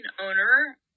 owner